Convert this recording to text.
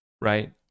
right